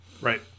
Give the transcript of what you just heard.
Right